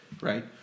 right